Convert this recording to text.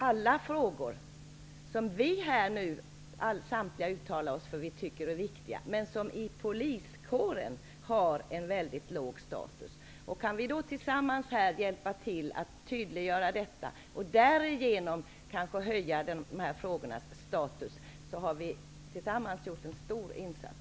Alla dessa frågor, som samtliga här säger är viktiga, har inom poliskåren väldigt låg status. Om vi kan hjälpas åt med att tydliggöra detta och därigenom kanske bidra till att dessa frågor får högre status, har vi tillsammans gjort en stor insats.